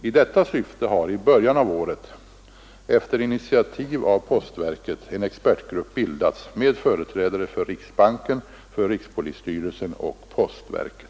I detta syfte har i början av året — efter initiativ av postverket — en expertgrupp bildats med företrädare för riksbanken, rikspolisstyrelsen och postverket.